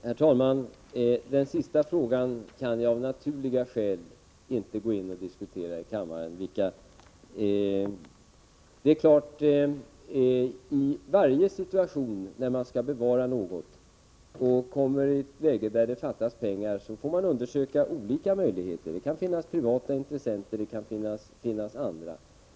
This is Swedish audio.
Herr talman! Den sista frågan kan jag av naturliga skäl inte diskutera här i kammaren. I varje situation då det gäller att bevara något och pengar fattas får man undersöka de olika möjligheterna. Det kan finnas privata intressenter, men även andra.